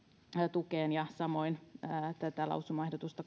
tukeen ja samoin tätä lausumaehdotusta